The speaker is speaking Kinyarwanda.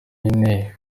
nyine